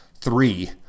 three